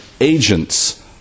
agents